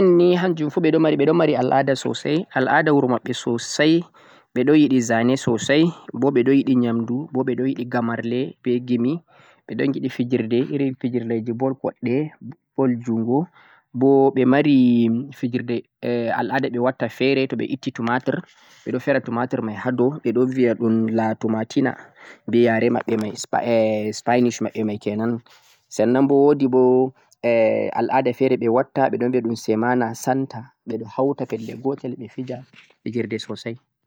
spain ni hanjum fu ɓe ɗo mari al'ada sosai, al'ada wuro maɓɓe sosai, ɓe ɗo yiɗi zane sosai, bo ɓe ɗo yiɗi ƴamdu, bo ɓe ɗo yiɗi gamarle, be gimi, ɓe ɗo giɗi fijirde, irin fijirdeji ball koɗɗe, ball jungo, bo ɓe mari fijirde eh al'ada ɓe watta fe're to ɓe itti tumatir ɓe ɗo ferre tumatir mai ha dow, ɓe ɗo viya wai ɗum na tumatina be ya're maɓɓe mai, Spanish maɓɓe mai kenan. Sannanbo wo'di bo e al'ada fe're ɓe watta be biya ɗum semana santa, ɓe ɗo hauta pelle gotel ɓe fija fijirde sosai.